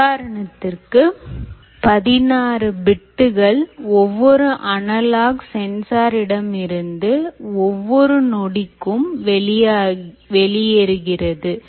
உதாரணத்திற்கு 16 பிட்டுகள் ஒவ்வொரு அனலாக் சென்சார் இடமிருந்து ஒவ்வொரு நொடிக்கும் வெளியேறுகிறது